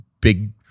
big